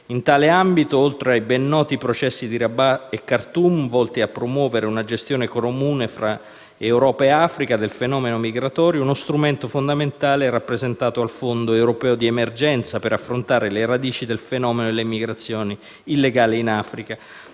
In tale ambito, oltre ai ben noti processi di Rabat e Khartoum, volti a promuovere una gestione comune fra Europa e Africa del fenomeno migratorio, uno strumento fondamentale è rappresentato dal «Fondo europeo di emergenza per affrontare le radici del fenomeno delle migrazioni illegali in Africa»,